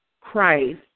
Christ